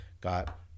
got